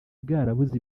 bwarabuze